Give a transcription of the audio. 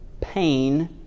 pain